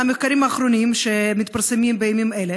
מהמחקרים האחרונים שמתפרסמים בימים אלה,